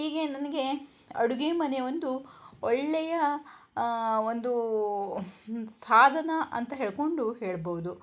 ಹೀಗೆ ನನಗೆ ಅಡುಗೆ ಮನೆ ಒಂದು ಒಳ್ಳೆಯ ಒಂದು ಸಾಧನ ಅಂತ ಹೇಳಿಕೊಂಡು ಹೇಳ್ಬೌದು